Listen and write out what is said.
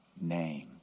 name